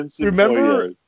Remember